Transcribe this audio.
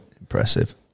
Impressive